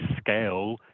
scale